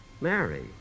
Mary